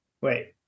wait